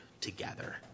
together